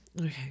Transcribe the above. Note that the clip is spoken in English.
Okay